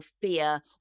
fear